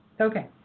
Okay